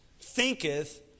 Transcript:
Thinketh